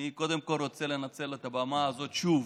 קודם כול, אני רוצה לנצל את הבמה הזו שוב